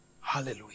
Hallelujah